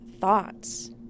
thoughts